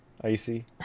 Icy